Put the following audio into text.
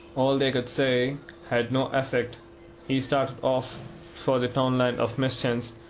all they could say had no effect he started off for the townland of mischance,